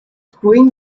screwing